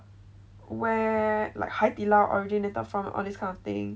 where like Hai Di Lao originated from all this kind of thing